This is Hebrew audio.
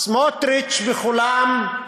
סמוֹטריץ, בחולם.